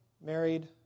married